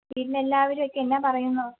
വീട്ടിൽ എല്ലാവരും ഒക്കെ എന്നാ പറയുന്നു